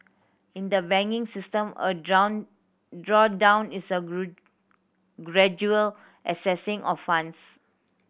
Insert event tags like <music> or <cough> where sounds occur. in the banking system a draw draw down is a <unintelligible> gradual accessing of funds